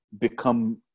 become